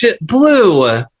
blue